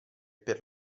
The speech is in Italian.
per